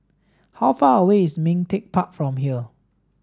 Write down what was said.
how far away is Ming Teck Park from here